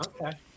okay